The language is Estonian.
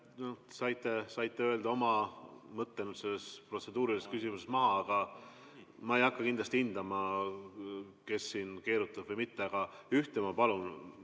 Saite öelda oma mõtte selles protseduurilises küsimuses maha, aga ma ei hakka kindlasti hindama, kes siin keerutab või ei keeruta. Aga ühte ma palun